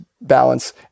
balance